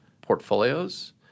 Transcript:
portfolios